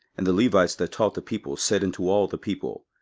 and the levites that taught the people, said unto all the people,